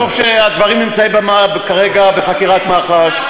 טוב שהדברים נמצאים כרגע בחקירת מח"ש.